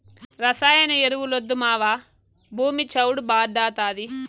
రసాయన ఎరువులొద్దు మావా, భూమి చౌడు భార్డాతాది